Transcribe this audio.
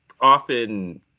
often